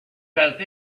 felt